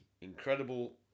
incredible